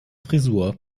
frisur